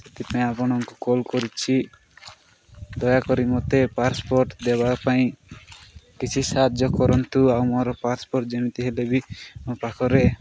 ସେଥିପାଇଁ ଆପଣଙ୍କୁ କଲ୍ କରିଛି ଦୟାକରି ମୋତେ ପାସପୋର୍ଟ ଦେବା ପାଇଁ କିଛି ସାହାଯ୍ୟ କରନ୍ତୁ ଆଉ ମୋର ପାସ୍ପୋର୍ଟ ଯେମିତି ହେଲେ ବି ମୋ ପାଖରେ